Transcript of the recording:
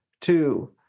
two